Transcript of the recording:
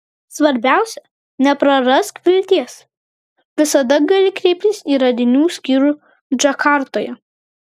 svarbiausia neprarask vilties visada gali kreiptis į radinių skyrių džakartoje